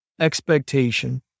expectation